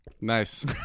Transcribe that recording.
Nice